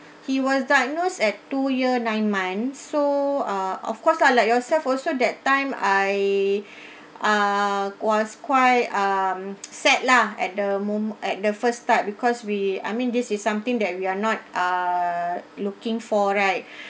he was diagnosed at two year nine months so ah of course ah like yourself also that time I ah was quite um sad lah at the mome~ at the first start because we I mean this is something that we are not ah looking for right